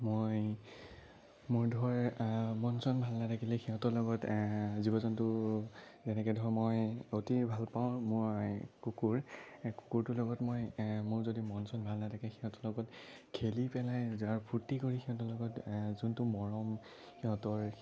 মই মোৰ ধৰ মন চন ভাল নালাগিলে সিহঁতৰ লগত জীৱ জন্তু তেনেকে ধৰ মই অতি ভালপাওঁ মই কুকুৰ কুকুৰটোৰ লগত মই মোৰ যদি মন চন ভাল নাথাকে সিহঁতৰ লগত খেলি পেলাই যাৰ ফূৰ্তি কৰি সিহঁতৰ লগত যোনটো মৰম সিহঁতৰ